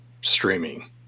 streaming